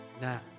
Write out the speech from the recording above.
now